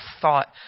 thought